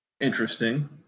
Interesting